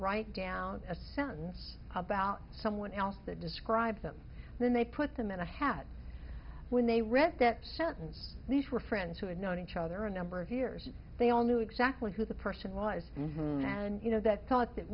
write down a sentence about someone else that describes them then they put them in a hat when they read that sentence these were friends who had known each other a number of years and they all knew exactly who the person lies and who now you know that thought that